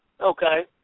Okay